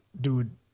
Dude